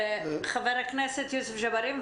חבר הכנסת יוסף ג'בארין.